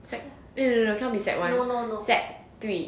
sec no no can't be sec one sec three